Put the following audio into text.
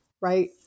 right